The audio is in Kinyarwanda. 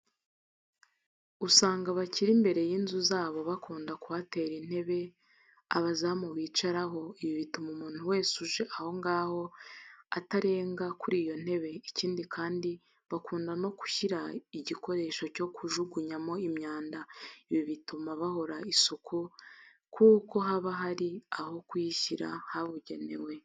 Usanga abakire imbere y'inzu zabo bakunda kuhatereka intebe abazamu bicaraho, ibi bituma umuntu wese uje aho ngaho atarenga kuri iyo ntebe, ikindi kandi bakunda no kuhashyira igikoresho cyo kujugunyamo imyanda ibi bituma hahora isuku kuko haba hari aho kuyishyira habugenewe.